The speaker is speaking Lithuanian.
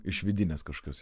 iš vidinės kažkokios